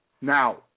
Now